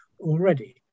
already